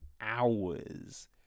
hours